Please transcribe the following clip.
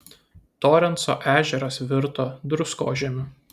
torenso ežeras virto druskožemiu